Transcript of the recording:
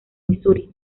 misuri